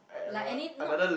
like any not